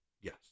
Yes